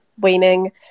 weaning